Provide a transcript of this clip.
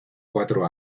cuatro